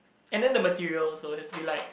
and the material also has to be like